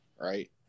right